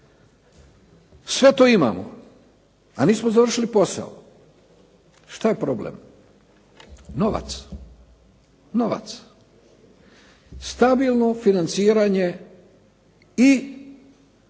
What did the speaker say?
Sve to imamo, a nismo završili posao. Šta je problem? Novac. Novac. Stabilno financiranje i